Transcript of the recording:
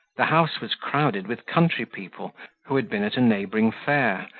the house was crowded with country-people who had been at a neighbouring fair,